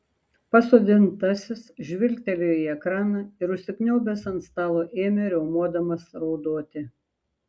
pasodintasis žvilgtelėjo į ekraną ir užsikniaubęs ant stalo ėmė riaumodamas raudoti